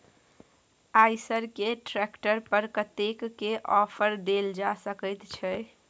आयसर के ट्रैक्टर पर कतेक के ऑफर देल जा सकेत छै?